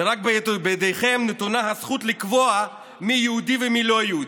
שרק בידיכם נתונה הזכות לקבוע מי יהודי ומי לא יהודי.